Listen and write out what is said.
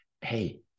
hey